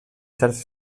xarxes